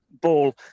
ball